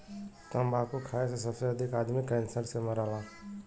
तम्बाकू खाए से सबसे अधिक आदमी कैंसर से मरला